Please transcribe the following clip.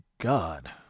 god